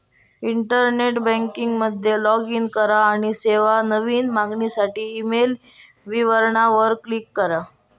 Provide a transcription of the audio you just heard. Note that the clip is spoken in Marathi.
इंटरनेट बँकिंग मध्ये लाॅग इन करा, आणखी सेवा, नवीन मागणीसाठी ईमेल विवरणा वर क्लिक करा